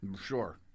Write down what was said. Sure